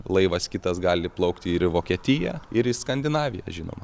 laivas kitas gali plaukti ir į vokietiją ir į skandinaviją žinoma